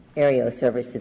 aereo service